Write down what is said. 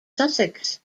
sussex